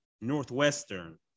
Northwestern